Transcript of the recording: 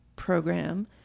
program